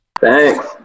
thanks